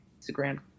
Instagram